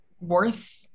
worth